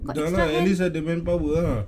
ya lah at least have the manpower ah